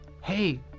Hey